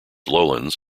lowlands